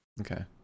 Okay